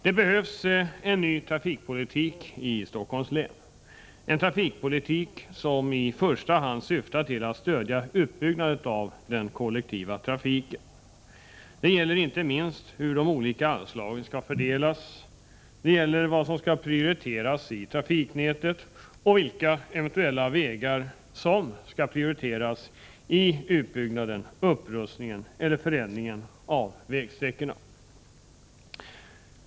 Det behövs en ny trafikpolitik i Stockholms län, en trafikpolitik som i första hand syftar till att stödja utbyggnaden av den kollektiva trafiken. Detta gäller inte minst hur de olika anslagen skall fördelas. Det gäller vad som skall prioriteras i trafiknätet och vilka eventuella vägar som skall prioriteras i utbyggnaden, upprustningen eller förändringen av vägsträckorna.